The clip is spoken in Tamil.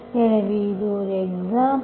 எனவே இது ஒரு எக்ஸாம்புல்